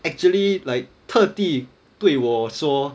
actually like 特地对我说